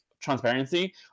transparency